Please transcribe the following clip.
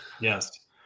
Yes